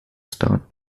start